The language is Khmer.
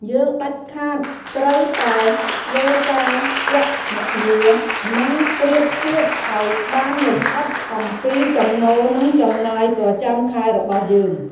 យើងដាច់ខាតត្រូវតែធ្វើការគណនា និងប្រៀបធៀបឱ្យបានលម្អិតអំពីចំណូលនិងចំណាយប្រចាំខែរបស់យើង។